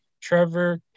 Trevor